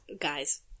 Guys